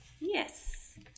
Yes